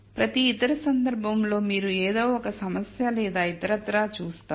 ప్రతి ఇతర సందర్భంలో మీరు ఏదో ఒక సమస్య లేదా ఇతరత్రా చూస్తారు